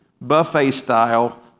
buffet-style